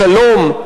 השלום,